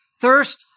thirst